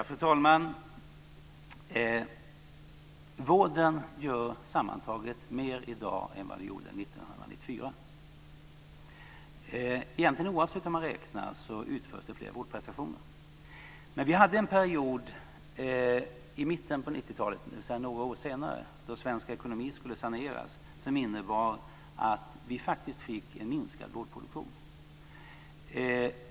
Fru talman! Vården gör sammantaget mer i dag än den gjorde 1994. Oavsett hur man räknar utförs det fler vårdprestationer. Men vi hade en period i mitten av 90-talet, dvs. några år senare, då svensk ekonomi skulle saneras, som innebar att vi faktiskt fick en minskad vårdproduktion.